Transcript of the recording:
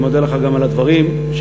אני מודה לך גם על הדברים שאמרת,